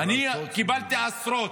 אני קיבלתי עשרות.